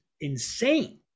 insane